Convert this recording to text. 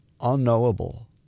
Unknowable